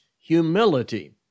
humility